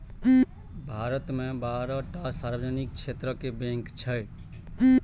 भारत मे बारह टा सार्वजनिक क्षेत्रक बैंक छै